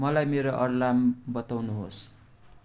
मलाई मेरो अलार्म बताउनुहोस्